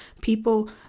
people